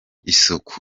isuku